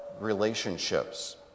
relationships